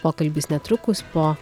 pokalbis netrukus po